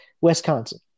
Wisconsin